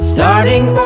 Starting